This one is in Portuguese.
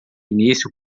início